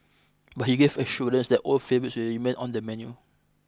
but he gave assurance that old favourites will remain on the menu